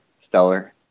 Stellar